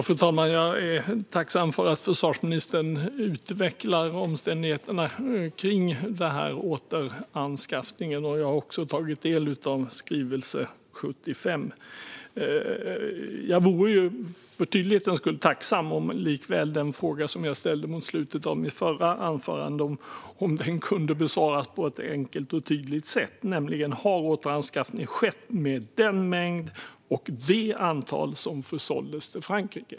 Fru talman! Jag är tacksam för att försvarsministern utvecklar omständigheterna kring den här återanskaffningen, och jag har också tagit del av skrivelse 75. Jag vore likväl och för tydlighetens skull tacksam om den fråga som jag ställde mot slutet av mitt förra inlägg kunde besvaras på ett enkelt och tydligt sätt. Frågan var: Har återanskaffning skett med den mängd och det antal som försåldes till Frankrike?